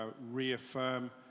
reaffirm